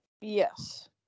Yes